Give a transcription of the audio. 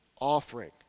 offering